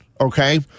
Okay